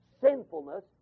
sinfulness